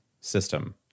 system